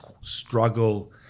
struggle